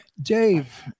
Dave